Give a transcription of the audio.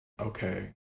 okay